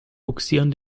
bugsieren